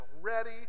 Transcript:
ready